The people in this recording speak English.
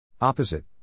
Opposite